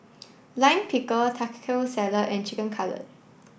Lime Pickle Salad and Chicken Cutlet